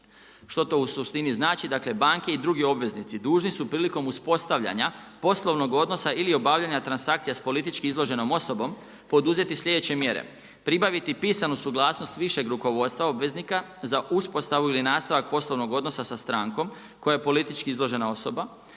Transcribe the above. Što to u suštini znači? Dakle, banke i drugi obveznici dužni su prilikom uspostavljanja poslovnog odnosa ili obavljanja transakcija s političkom izloženom osobom, poduzeti sljedeće mjere. Pribaviti pisanu suglasnost višeg rukovodstva obveznika, za uspostavu ili nastavak poslovnog odnosa sa strankom koja je politička izložena osoba,